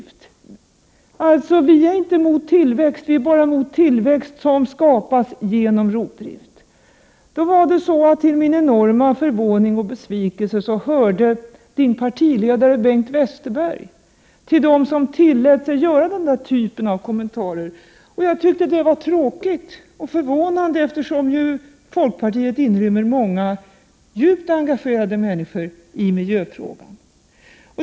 Vi är alltså inte emot tillväxt, vi är bara emot tillväxt som skapas genom rovdrift. Till min enorma förvåning och besvikelse hörde din partiledare Bengt Westerberg till dem som tillät sig göra den typen av kommentarer. Det var tråkigt och förvånande, eftersom ju folkpartiet inrymmer många människor som är djupt engagerade i miljöfrågan.